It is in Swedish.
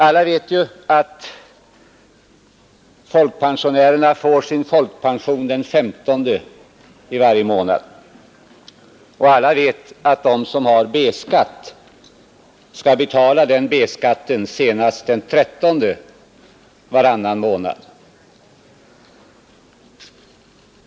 Alla vet ju att folkpensionärerna får sin folkpension den 15 i varje månad, och alla vet att de som har B-skatt skall betala den skatten senast den 13 varannan månad.